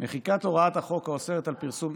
מחיקת הוראת החוק האוסרת פרסום,